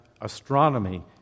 astronomy